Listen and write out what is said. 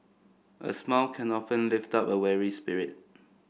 a smile can often lift up a weary spirit